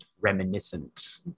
reminiscent